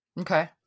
Okay